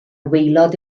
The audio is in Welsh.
waelod